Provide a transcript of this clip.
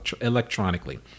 electronically